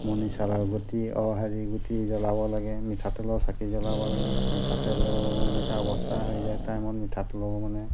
মনি চালৰ গুটি অ' হেৰি গুটি জ্বলাব লাগে মিঠাতেলৰ চাকি জ্বলাব লাগে মিঠাতেলৰ এনেকুৱা অৱস্থা হৈ যায় টাইমত মিঠাতেলৰ মানে